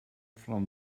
from